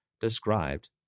described